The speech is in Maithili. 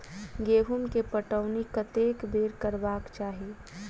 गेंहूँ केँ पटौनी कत्ते बेर करबाक चाहि?